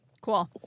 Cool